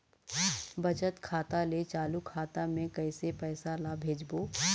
बचत खाता ले चालू खाता मे कैसे पैसा ला भेजबो?